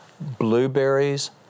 blueberries